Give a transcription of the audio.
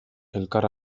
elkar